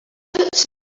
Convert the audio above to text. puts